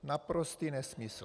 Naprostý nesmysl.